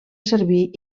servir